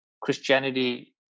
Christianity